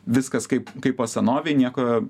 viskas kaip kaip po senovei nieko